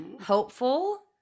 hopeful